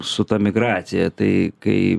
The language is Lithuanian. su ta migracija tai kai